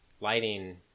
lighting